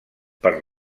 per